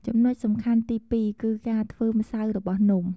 ចំនុចសំខាន់ទីពីរ គឺការធ្វើម្សៅរបស់នំ។